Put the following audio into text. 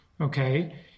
okay